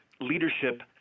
leadership